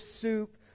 soup